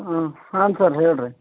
ಹಾಂ ಹಾಂ ಸರ್ ಹೇಳಿ ರೀ